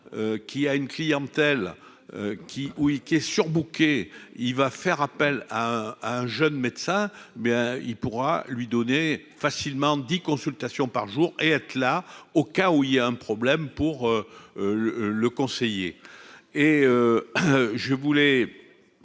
qui a une clientèle qui où il qui est surbooké, il va faire appel à un jeune médecin bien il pourra lui donner facilement 10 consultations par jour et être là au cas où il y a un problème pour le le conseiller et je voulais